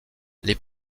les